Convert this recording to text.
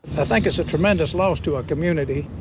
i think is a tremendous loss to our community.